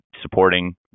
supporting